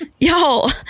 y'all